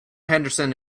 henderson